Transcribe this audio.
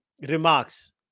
remarks